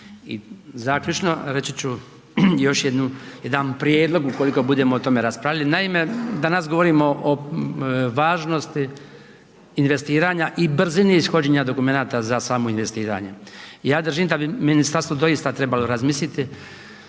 I zaključno reći ću još jedan prijedlog ukoliko budemo o tome raspravljali, naime, danas govorimo o važnosti investiranja i brzini ishođenja dokumenata za samo investiranje. Ja držim da bi ministarstvo doista trebalo razmisliti